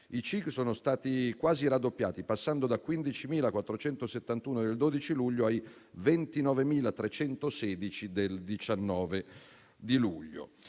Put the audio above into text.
i CIG sono stati quasi raddoppiati, passando dai 15.471 del 12 luglio ai 29.316 del 19 luglio.